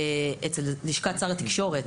אצל לשכת שר התקשורת.